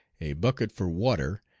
a bucket for water,